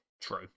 true